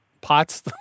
pots